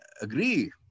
agree